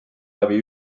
läbi